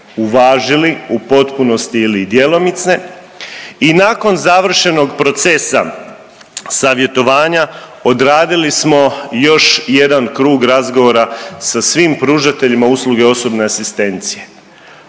uvažili u potpunosti ili djelomice i nakon završenog procesa savjetovanja odradili smo još jedan krug razgovora sa svim pružateljima usluge osobne asistencije.